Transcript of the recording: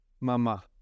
Mama